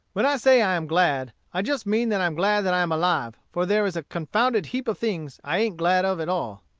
when i say i am glad, i just mean that i am glad that i am alive, for there is a confounded heap of things i ain't glad of at all.